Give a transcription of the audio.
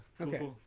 okay